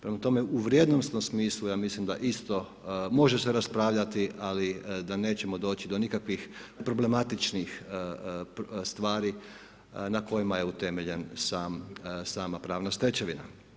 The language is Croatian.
Prema tome, u vrijednosnom smislu ja mislim da isto može se raspravljati, ali da nećemo doći do nikakvih problematičnih stvari na kojima je utemeljena sama pravna stečevina.